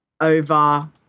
over